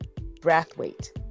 Brathwaite